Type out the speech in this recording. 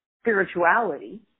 spirituality